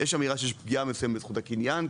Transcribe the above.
יש אמירה שיש פגיעה מסוימת בזכות הקניין,